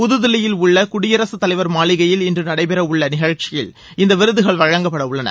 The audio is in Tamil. புது தில்லியில் உள்ள குடியரசுத் தலைவர் மாளிகையில் இன்று நடைபெற உள்ள நிகழ்ச்சியில் இந்த விருதுகள் வழங்கப்பட உள்ளன